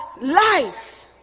life